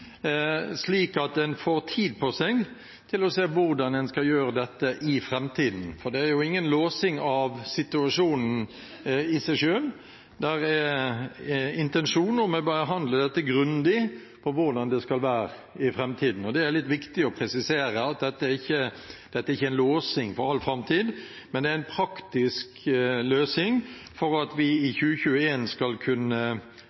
slik at en får tid på seg til å se hvordan en skal gjøre dette i framtiden, for det er jo ingen låsing av situasjonen i seg selv. Det er intensjon om å behandle dette grundig, med tanke på hvordan det skal være i framtiden. Det er litt viktig å presisere at dette ikke er en låsing for all framtid, men en praktisk løsning for at vi i 2021 skal kunne